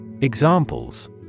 Examples